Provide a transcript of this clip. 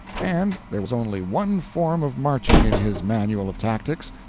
and there was only one form of marching in his manual of tactics,